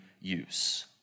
use